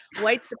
white